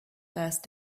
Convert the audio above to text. first